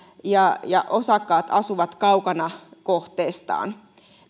ja ja osakkaat asuvat kaukana kohteestaan